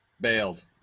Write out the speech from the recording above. bailed